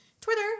Twitter